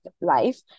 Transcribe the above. life